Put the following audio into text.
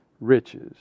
Riches